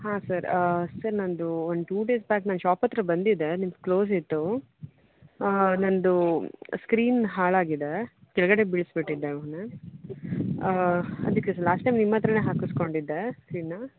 ಹಾಂ sir sir ನನ್ನದು ಒಂದು ಟೂ ಡೇಸ್ ಬ್ಯಾಕ್ ನಾನು ಶಾಪ್ ಹತ್ತಿರ ಬಂದಿದ್ದೆ ನಿಮ್ದು ಕ್ಲೋಸ್ ಇತ್ತು ನಂದು ಸ್ಕ್ರೀನ್ ಹಾಳಾಗಿದೆ ಕೆಳಗಡೆ ಬೀಳ್ಸಿಬಿಟ್ಟಿದ್ದೆ ಮೊನ್ನೆ ಅದಕ್ಕೆ ಲಾಸ್ಟ್ ಟೈಮ್ ನಿಮ್ಮ ಹತ್ತಿರನೆ ಹಾಕಿಸ್ಕೊಂಡಿದ್ದೆ ಸ್ಕ್ರೀನ್ನಾ